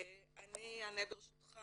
אני אענה ברשותך.